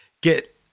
get